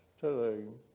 today